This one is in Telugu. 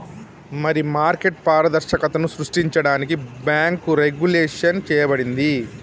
మరి మార్కెట్ పారదర్శకతను సృష్టించడానికి బాంకు రెగ్వులేషన్ చేయబడింది